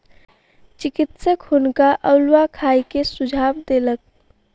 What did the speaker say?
चिकित्सक हुनका अउलुआ खाय के सुझाव देलक